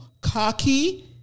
cocky